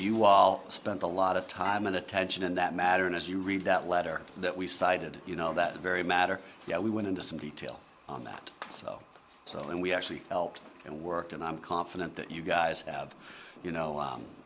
you all spent a lot of time and attention in that matter and as you read that letter that we cited you know that very matter yeah we went into some detail on that so so and we actually helped and worked and i'm confident that you guys have you know